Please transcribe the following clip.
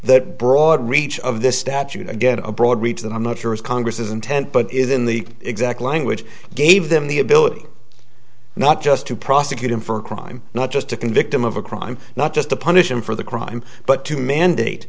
that broad reach of this statute to get a broad reach that i'm not sure is congress's intent but is in the exact language gave them the ability not just to prosecute him for a crime not just to convict him of a crime not just to punish him for the crime but to mandate